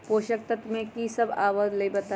पोषक तत्व म की सब आबलई बताई?